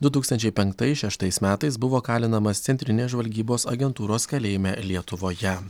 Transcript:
du tūkstančiai penktais šeštais metais buvo kalinamas centrinės žvalgybos agentūros kalėjime lietuvoje